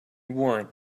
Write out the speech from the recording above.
warrant